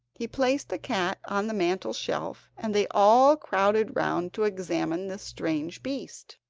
he placed the cat on the mantel shelf, and they all crowded round to examine this strange beast,